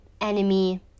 Enemy